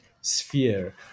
sphere